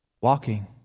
Walking